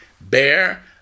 bear